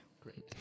Great